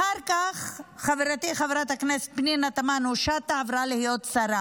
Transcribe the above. אחר כך חברתי חברת הכנסת פנינה תמנו שטה עברה להיות שרה,